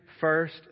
first